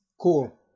Cool